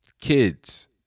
Kids